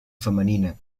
femenina